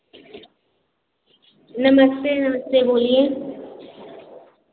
नमस्ते नमस्ते बोलिए